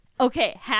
Okay